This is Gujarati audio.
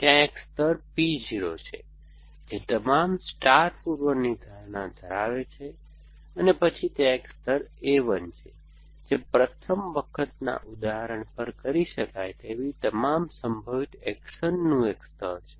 ત્યાં એક સ્તર P 0 છે જે તમામ સ્ટાર પૂર્વનિર્ધારણ ધરાવે છે પછી ત્યાં એક સ્તર A 1 છે જે પ્રથમ વખતના ઉદાહરણ પર કરી શકાય તેવી તમામ સંભવિત એક્શન નું એક સ્તર છે